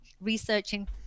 researching